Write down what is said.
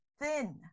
thin